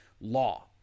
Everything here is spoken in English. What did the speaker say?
law